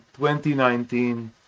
2019